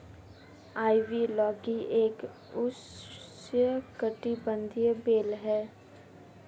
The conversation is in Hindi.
आइवी लौकी एक उष्णकटिबंधीय बेल है